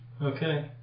Okay